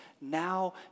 now